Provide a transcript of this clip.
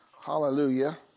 Hallelujah